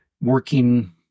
working